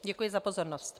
Děkuji za pozornost.